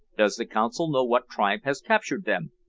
does the consul know what tribe has captured them?